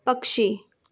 पक्षी